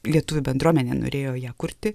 lietuvių bendruomenė norėjo ją kurti